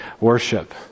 worship